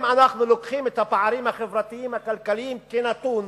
אם אנחנו לוקחים את הפערים החברתיים-הכלכליים כנתון,